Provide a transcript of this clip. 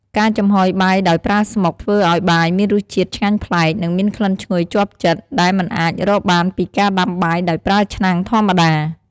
ការចំហុយបាយដោយប្រើស្មុក ធ្វើឲ្យបាយមានរសជាតិឆ្ងាញ់ប្លែក និងមានក្លិនឈ្ងុយជាប់ចិត្ត ដែលមិនអាចរកបានពីការដាំបាយដោយប្រើឆ្នាំងធម្មតា។